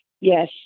yes